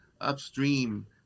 upstream